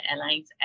Airlines